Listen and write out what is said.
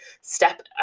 step